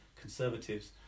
Conservatives